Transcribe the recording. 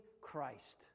Christ